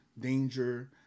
danger